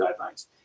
guidelines